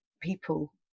people